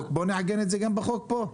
בוא נעגן את זה גם בחוק הזה.